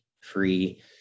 free